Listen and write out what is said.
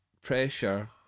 pressure